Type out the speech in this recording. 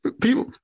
People